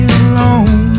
alone